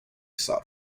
sought